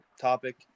Topic